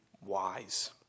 wise